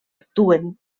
actuen